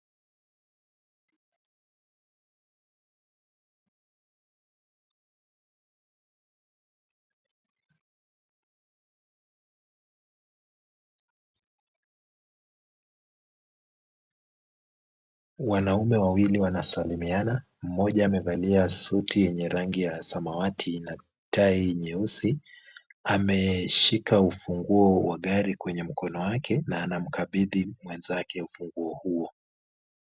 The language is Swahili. Wanaume wawili wanasalimiana, mmoja amevalia suti ya samawati na suti nyeusi. Ameshika ufunguo wa gari mikononi mwake na anakabidhi mwenzake ufunguo huo.